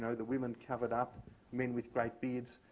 so the women covered up men with great beards